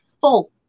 full